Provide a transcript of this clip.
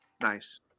Nice